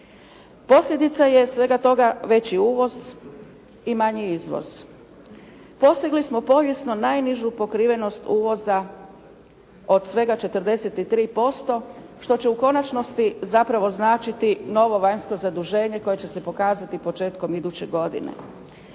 Posljedica je svega toga veći uvoz i manji izvoz. Postigli smo povijesno najnižu pokrivenost uvoza od svega 43%, što će u konačnosti zapravo značiti novo vanjsko zaduženje koje će se pokazati početkom iduće godine.